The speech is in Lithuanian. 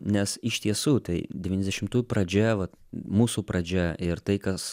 nes iš tiesų tai devyniasdešimtųjų pradžia vat mūsų pradžia ir tai kas